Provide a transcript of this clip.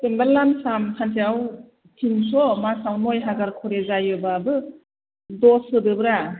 जेनबा लाम साम सानसेआव थिनस' मासआव नइ हाजार खरै जायोबाबो दस होदोब्रा